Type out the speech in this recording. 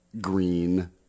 green